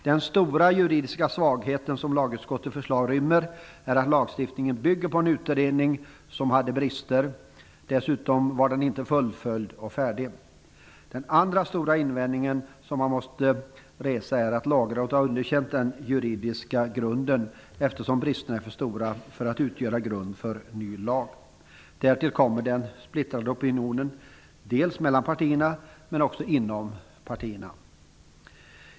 Den stora juridiska svaghet som lagutskottets förslag inrymmer är att lagstiftningen bygger på en utredning, som hade brister och dessutom inte var fullföljd och färdig. Den andra stora invändning som man måste resa är att Lagrådet har underkänt den juridiska grunden, eftersom bristerna är för stora för att förslaget skall kunna utgöra grund för ny lag. Därtill kommer den splittrade opinionen, dels mellan partierna, dels inom partierna.